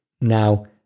Now